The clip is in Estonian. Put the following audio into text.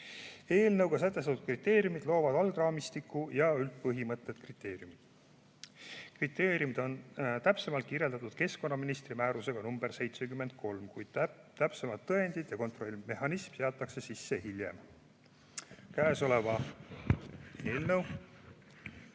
Eelnõuga sätestatud kriteeriumid loovad algraamistiku ja üldpõhimõtted. Kriteeriumid on täpsemalt kirjeldatud keskkonnaministri määrusega nr 73, kuid täpsemad tõendid ja kontrollmehhanism seatakse sisse hiljem, tuginedes käesoleva eelnõu